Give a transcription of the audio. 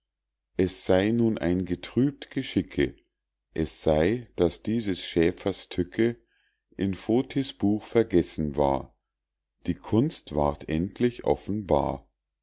es sey nun ein betrübt geschicke es sey daß dieses schäfers tücke in fotis buch vergessen war die kunst ward endlich offenbar